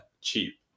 cheap